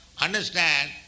understand